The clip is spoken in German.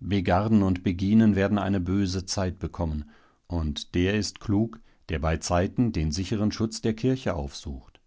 begarden und beginen werden eine böse zeit bekommen und der ist klug der beizeiten den sicheren schutz der kirche aufsucht